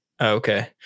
Okay